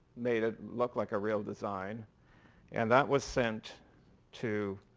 made it look like a real design and that was sent to